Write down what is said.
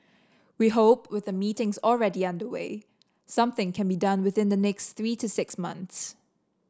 we hope with the meetings already underway something can be done within the next three to six months